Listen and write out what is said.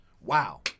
Wow